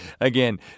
again